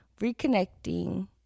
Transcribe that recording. reconnecting